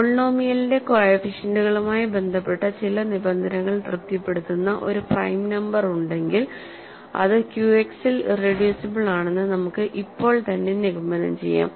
പോളിനോമിയലിന്റെ കോഎഫിഷ്യന്റ്കളുമായി ബന്ധപ്പെട്ട ചില നിബന്ധനകൾ തൃപ്തിപ്പെടുത്തുന്ന ഒരു പ്രൈം നമ്പർ ഉണ്ടെങ്കിൽ അത് Q X ൽ ഇറെഡ്യൂസിബിൾ ആണെന്ന് നമുക്ക് ഇപ്പോൾത്തന്നെ നിഗമനം ചെയ്യാം